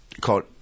called